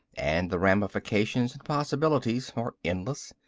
and the ramifications and possibilities are endless.